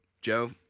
Joe